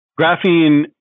graphene